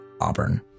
Auburn